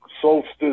solstice